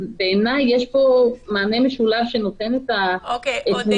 אז בעיניי יש פה מענה משולב שנותן תמונה